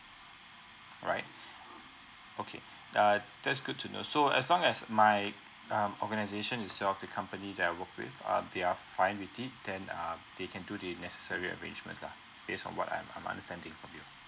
right okay uh that's good to know so as long as my um organisation itself the company that I worked with uh they are fine with it then uh they can do the necessary arrangements lah based on what I'm I'm understanding from you